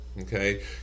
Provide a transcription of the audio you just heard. Okay